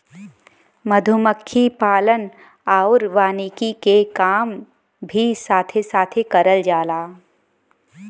मधुमक्खी पालन आउर वानिकी के काम भी साथे साथे करल जाला